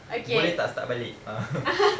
boleh tak start balik